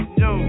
yo